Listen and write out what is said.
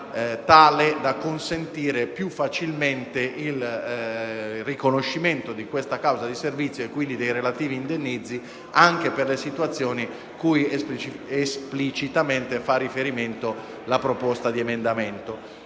tale da consentire più facilmente il riconoscimento di questa causa di servizio e quindi dei relativi indennizzi anche per le situazioni cui esplicitamente fa riferimento la proposta di emendamento.